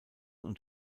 und